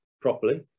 properly